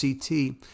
CT